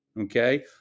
Okay